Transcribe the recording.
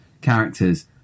characters